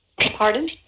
Pardon